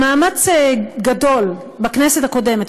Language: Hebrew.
במאמץ גדול בכנסת הקודמת,